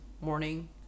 morning